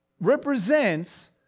represents